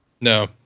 No